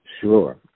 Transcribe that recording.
Sure